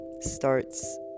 starts